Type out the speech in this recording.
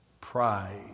pride